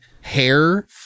hair